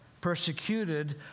persecuted